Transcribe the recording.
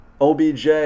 OBJ